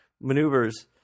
maneuvers